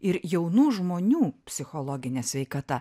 ir jaunų žmonių psichologinė sveikata